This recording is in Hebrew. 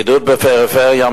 עידוד הפריפריה,